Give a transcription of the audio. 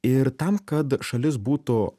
ir tam kad šalis būtų